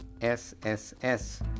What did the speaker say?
SSS